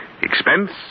Expense